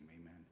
amen